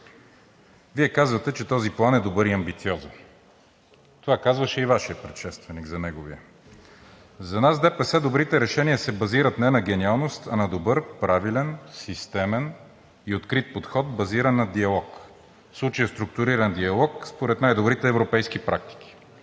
Вие казвате, че този план е добър и амбициозен. Това казваше и Вашият предшественик за неговия. За нас в ДСП добрите решения се базират не на гениалност, а на добър, правилен, системен и открит подход, базиран на диалог. В случая структуриран диалог, според най-добрите европейски практики.